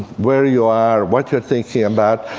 where you are, what you're thinking about.